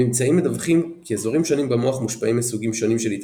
הממצאים מדווחים כי אזורים שונים במוח מושפעים מסוגים שונים של התעללות.